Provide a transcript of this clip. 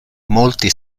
molti